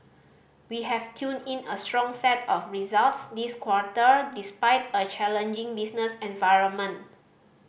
we have turned in a strong set of results this quarter despite a challenging business environment